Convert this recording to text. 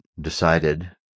decided